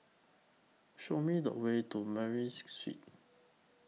Show Me The Way to Murray Street